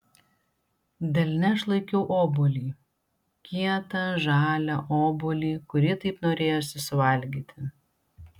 delne aš laikiau obuolį kietą žalią obuolį kurį taip norėjosi suvalgyti